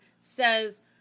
says